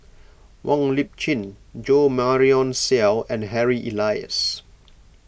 Wong Lip Chin Jo Marion Seow and Harry Elias